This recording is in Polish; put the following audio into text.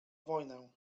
wojnę